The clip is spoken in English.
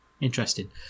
Interesting